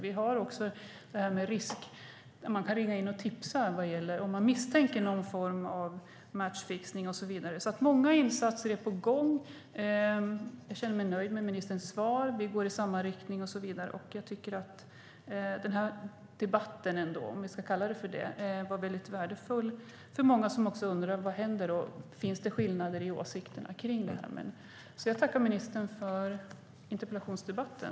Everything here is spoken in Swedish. Vi har också det här med att man kan ringa in och tipsa om man misstänker någon form av matchfixning och så vidare. Många insatser är på gång. Jag känner mig nöjd med ministerns svar. Vi går i samma riktning och så vidare. Jag tycker att debatten, om vi ska kalla den för det, var väldigt värdefull för många som undrar: Vad händer? Finns det skillnader i åsikterna kring det här? Jag tackar ministern för interpellationsdebatten.